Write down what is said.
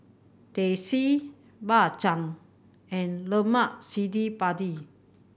Teh C Bak Chang and lemak cili padi